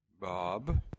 Bob